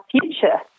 future